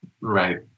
Right